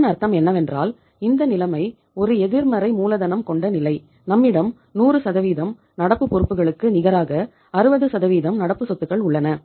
இதன் அர்த்தம் என்னவென்றால் இந்த நிலமை ஒரு எதிர்மறை மூலதனம் கொண்ட நிலை நம்மிடம் 100 நடப்பு பொறுப்புகளுக்கு நிகராக 60 நடப்பு சொத்துக்கள் உள்ளன